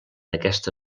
aquesta